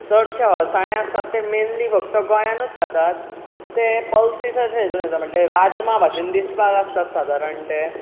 चडशे अळसांदे आसतात ते मेनली फक्त गोंयांतूच खातात ते पल्सीसाचे हितून येतात म्हणजे राजमा भशेन दिसपाक आसतात सादारण ते